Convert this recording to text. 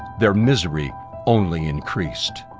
their misery only increased.